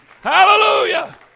Hallelujah